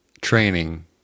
training